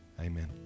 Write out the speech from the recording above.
Amen